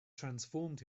transformed